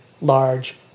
large